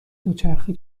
دوچرخه